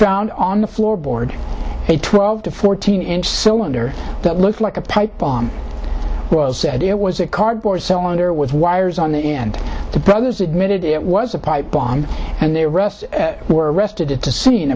found on the floorboard a twelve to fourteen inch cylinder that looked like a pipe bomb was said it was a cardboard so on or with wires on the end the brothers admitted it was a pipe bomb and the rest were arrested at the scene